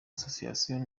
association